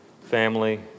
Family